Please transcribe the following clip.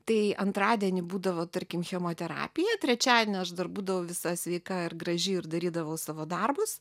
tai antradienį būdavo tarkim chemoterapija trečiadienį aš dar būdavau visai sveika ir graži ir darydavau savo darbus